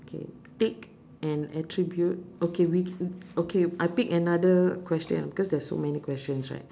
K pick an attribute okay we okay I pick another question because there's so many questions right